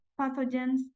pathogens